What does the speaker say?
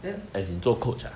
then